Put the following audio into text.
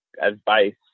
advice